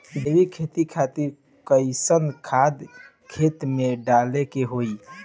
जैविक खेती खातिर कैसन खाद खेत मे डाले के होई?